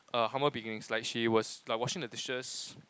err humble beginnings like she was like washing the dishes